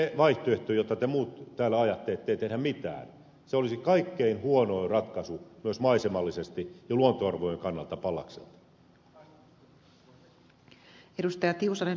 ja se vaihtoehto jota te muut täällä ajattelette ettei tehdä mitään olisi kaikkein huonoin ratkaisu myös maisemallisesti ja luontoarvojen kanalta pallaksella